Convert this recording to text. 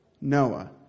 Noah